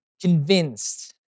convinced